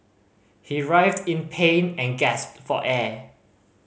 he writhed in pain and gasped for air